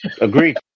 agreed